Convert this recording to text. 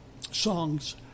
songs